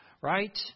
right